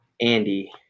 Andy